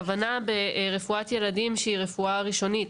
הכוונה ברפואת ילדים היא לכך שהיא רפואה ראשונית,